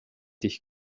dich